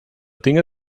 dinge